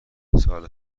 سال